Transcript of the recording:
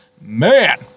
Man